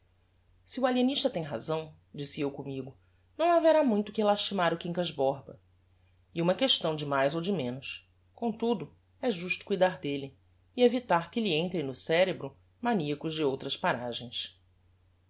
se o alienista tem razão disse eu commigo não haverá muito que lastimar o quincas borba e uma questão de mais ou de menos comtudo é justo cuidar delle e evitar que lhe entrem no cerebro maniacos de outras paragens